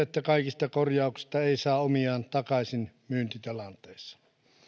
että kaikista korjauksista ei saa omiaan takaisin myyntitilanteessa